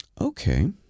Okay